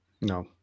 No